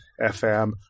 fm